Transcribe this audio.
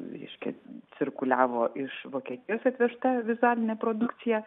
reiškia cirkuliavo iš vokietijos atvežta vizualinė produkcija